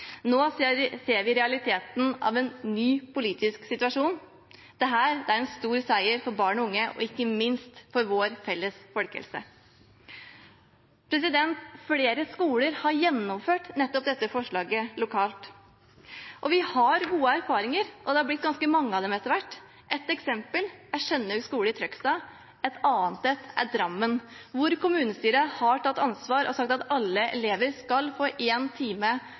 Nå ser vi realiteten av en ny politisk situasjon. Dette er en stor seier for barn og unge og ikke minst for vår felles folkehelse. Flere skoler har gjennomført dette forslaget lokalt, og vi har gode erfaringer. Det har blitt ganske mange av dem etter hvert. Et eksempel er Skjønhaug skole i Trøgstad. Et annet er Drammen, hvor kommunestyret har tatt ansvar og sagt at alle elever skal få én time